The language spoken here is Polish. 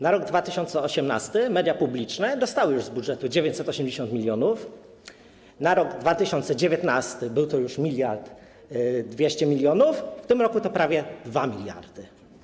Na rok 2018 media publiczne dostały już z budżetu 980 mln, na rok 2019 było to już 1200 mln zł, w tym roku to prawie 2 mld.